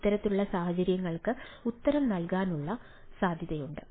ഇത്തരത്തിലുള്ള സാഹചര്യങ്ങൾക്ക് ഉത്തരം നൽകാനുള്ള സാധ്യതയുണ്ട്